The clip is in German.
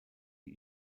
die